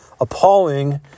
appalling